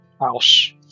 house